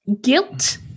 guilt